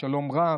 שלום רב,